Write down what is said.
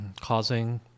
causing